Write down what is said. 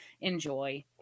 enjoy